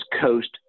coast